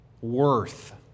worth